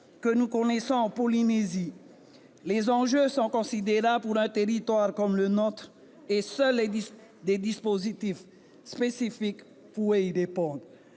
que nous connaissons en Polynésie. Les enjeux sont considérables pour un territoire comme le nôtre, et seuls des dispositifs spécifiques pouvaient y répondre.